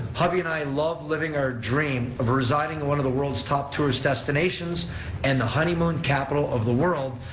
hubby and i love living our dream of residing in one of the world's top tourist destinations and the honeymoon capital of the world,